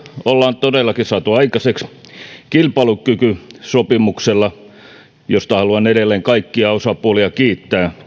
on todellakin saatu aikaiseksi kilpailukykysopimuksella josta haluan edelleen kaikkia työmarkkinaosapuolia kiittää